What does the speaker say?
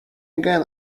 again